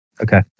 Okay